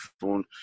phone